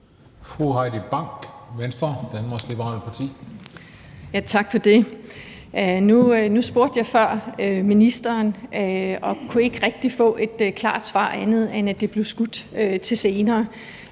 Fru Heidi Bank, Venstre, Danmarks Liberale Parti. Kl. 19:00 Heidi Bank (V): Tak for det. Nu spurgte jeg ministeren før og kunne ikke rigtig få et klart svar, andet end at det blev skudt til senere.